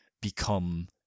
become